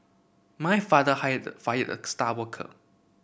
my father hired fired the star worker